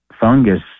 fungus